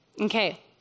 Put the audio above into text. Okay